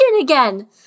again